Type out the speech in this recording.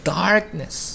darkness